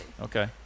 Okay